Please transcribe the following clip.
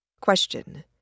Question